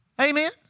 Amen